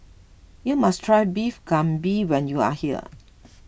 you must try Beef Galbi when you are here